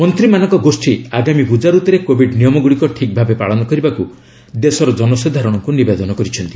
ମନ୍ତ୍ରୀମାନଙ୍କ ଗୋଷ୍ଠୀ ଆଗାମୀ ପୂଜା ରତୁରେ କୋବିଡ୍ ନିୟମଗୁଡ଼ିକ ଠିକ୍ ଭାବେ ପାଳନ କରିବାକୁ ଦେଶର ଜନସାଧାରଣଙ୍କୁ ନିବେଦନ କରିଛନ୍ତି